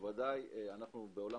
בעולם